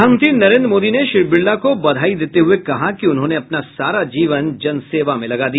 प्रधानमंत्री नरेन्द्र मोदी ने श्री बिड़ला को बधाई देते हुए कहा कि उन्होंने अपना सारा जीवन जन सेवा में लगा दिया